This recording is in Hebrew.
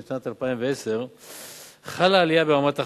בשנת 2010 חלה עלייה ברמת החיים,